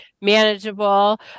manageable